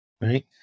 right